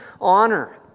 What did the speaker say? honor